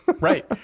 Right